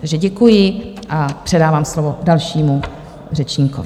Takže děkuji a předávám slovo dalšímu řečníkovi.